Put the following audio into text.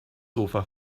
sofa